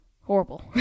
horrible